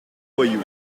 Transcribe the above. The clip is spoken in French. voyous